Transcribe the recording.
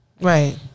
Right